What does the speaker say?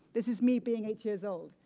this is me being eight years old.